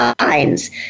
lines